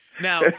Now